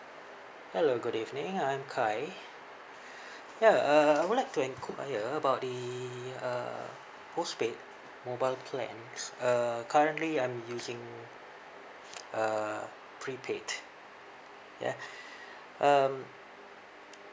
hello good evening I'm kai ya uh I would like to enquire about the uh postpaid mobile plans uh currently I'm using uh prepaid ya um